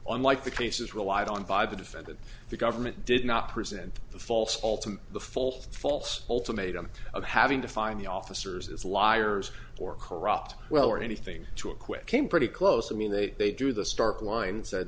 on like the cases relied on by the defendant the government did not present the false all to the full false ultimatum of having to find the officers as liars or corrupt well or anything to acquit came pretty close i mean that they drew the start line and said